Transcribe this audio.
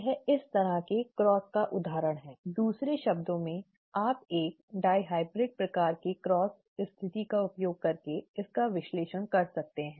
यह इस तरह के क्रॉस का एक उदाहरण है ठीक है दूसरे शब्दों में आप एक डायहाइब्रिड प्रकार की क्रॉस स्थिति का उपयोग करके इसका विश्लेषण कर सकते हैं